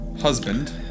husband